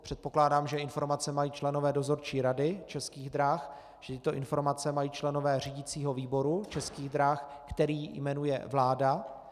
Předpokládám, že informace mají členové dozorčí rady Českých drah, že tyto informace mají členové řídicího výboru Českých drah, který jmenuje vláda.